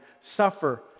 suffer